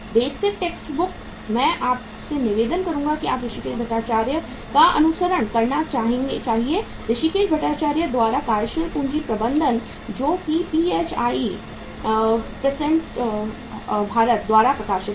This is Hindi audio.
बेसिक टेक्स्ट बुक मैं आपसे निवेदन करूंगा कि आपको ऋषिकेश भट्टाचार्य का अनुसरण करना चाहिए ऋषिकेश भट्टाचार्य द्वारा कार्यशील पूंजी प्रबंधन जो कि P H I Prentice Hall Bharat द्वारा प्रकाशित है